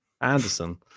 Anderson